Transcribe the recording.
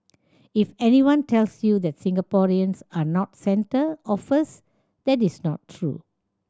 if anyone tells you that Singaporeans are not centre or first that is not true